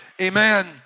amen